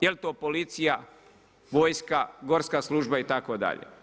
Jel' to policija, vojska, gorska služba itd.